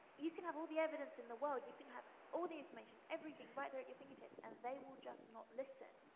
you can have all the evidence in the world, can have all the information, everything right there at your fingertips and they will just not listen.